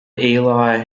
eli